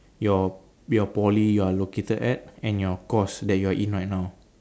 your your poly you are located at and your course that you're in right now